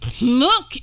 look